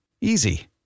easy